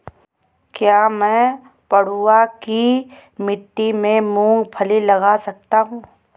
क्या मैं पडुआ की मिट्टी में मूँगफली लगा सकता हूँ?